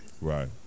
Right